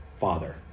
father